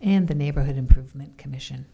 and the neighborhood improvement commission